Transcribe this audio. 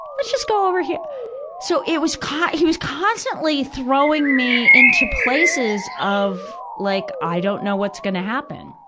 let's just go over here so it was con, he was constantly throwing me into places of, like, i don't know what's gonna happen.